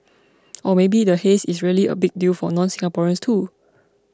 or maybe the haze is really a big deal for nonSingaporeans too